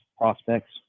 prospects